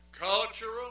cultural